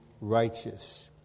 righteous